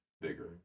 bigger